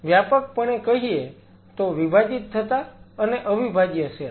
વ્યાપકપણે કહીએ તો વિભાજીત થતા અને અવિભાજ્ય સેલ